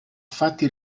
fatti